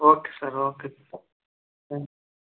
okay sir okay thank